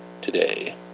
today